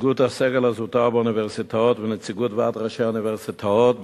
נציגות הסגל הזוטר באוניברסיטאות ונציגות ועד ראשי האוניברסיטאות,